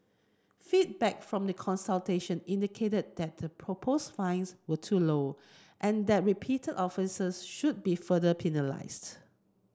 feedback from the consultation indicated that the proposed fines were too low and that repeated offences should be further penalised